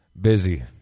Busy